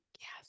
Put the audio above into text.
yes